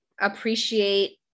appreciate